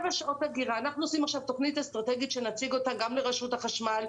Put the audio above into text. אנחנו עושים עכשיו תוכנית אסטרטגית שנציג אותה גם לרשות החשמל,